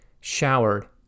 showered